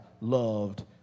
loved